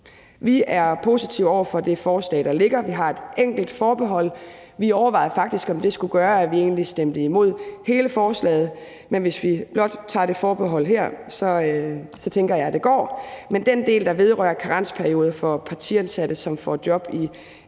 Vi er positive over for det forslag, der ligger, men vi har et enkelt forbehold, og vi overvejede faktisk, om det skulle gøre, at vi ville stemme imod hele forslaget, men hvis vi blot tager det forbehold her, tænker jeg, at det går. Men til den del, der vedrører karensperiode for partiansatte, som får job i